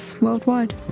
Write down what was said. Worldwide